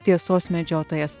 tiesos medžiotojas